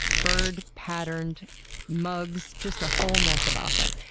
bird-patterned mugs, just a whole mess of awesome.